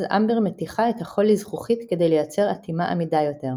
אז אמבר מתיכה את החול לזכוכית כדי ליצור אטימה עמידה יותר.